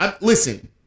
listen